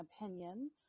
opinion